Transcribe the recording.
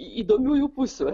įdomiųjų pusių